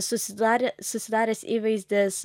susidarė susidaręs įvaizdis